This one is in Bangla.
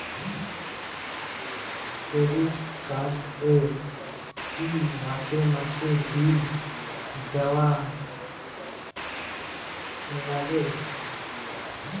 ক্রেডিট কার্ড এ কি মাসে মাসে বিল দেওয়ার লাগে?